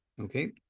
Okay